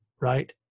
right